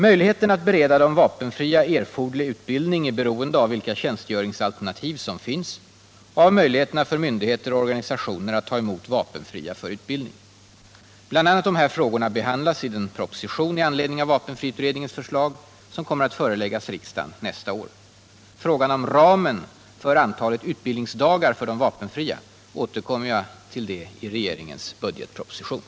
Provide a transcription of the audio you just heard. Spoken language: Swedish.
Möjligheterna att bereda de vapenfria erforderlig utbildning är beroende av vilka tjänstgöringsalternativ som finns och av möjligheterna för myndigheter och organisationer att ta emot vapenfria för utbildning. BI. a. dessa frågor behandlas i den proposition i anledning av vapenfriutredningens förslag som kommer att föreläggas riksdagen nästa år. Frågan om ramen för antalet utbildningsdagar för de vapenfria återkommer jag till i regeringens budgetproposition.